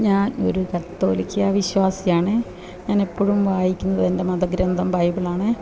ഞാൻ ഒരു കത്തോലിക്കാ വിശ്വാസിയാണ് ഞാൻ എപ്പോഴും വായിക്കുന്നത് എൻ്റെ മതഗ്രന്ഥം ബൈബിളാണ്